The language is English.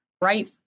right